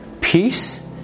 peace